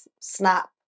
snap